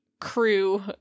crew